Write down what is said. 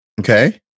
Okay